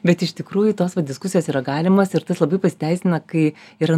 bet iš tikrųjų tos va diskusijos yra galimos ir tas labai pasiteisina kai yra